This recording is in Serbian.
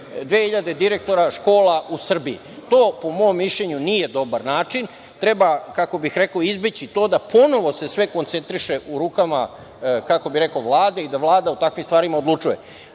2.000 direktora, škola u Srbiji. To po mom mišljenju nije dobar način. Treba, kako bih rekao, izbeći to da ponovo se sve koncentriše u rukama Vlade i da Vlada o takvim stvarima odlučuje. Donesene